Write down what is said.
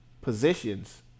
positions